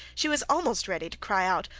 she was almost ready to cry out,